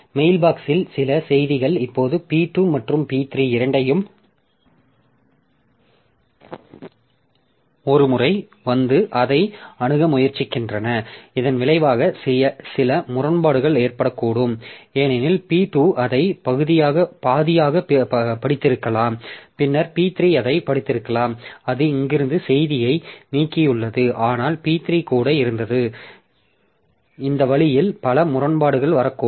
mailbox இல் சில செய்திகள் இப்போது P2 மற்றும் P3 இரண்டையும் ஒரு முறை வந்து அதை அணுக முயற்சிக்கின்றன இதன் விளைவாக சில முரண்பாடுகள் ஏற்படக்கூடும் ஏனெனில் P2 அதை பாதியாகப் படித்திருக்கலாம் பின்னர் P3 அதைப் படித்திருக்கலாம் அது இங்கிருந்து செய்தியை நீக்கியுள்ளது ஆனால் P3 கூட இருந்தது அந்த வழியில் பல முரண்பாடுகள் வரக்கூடும்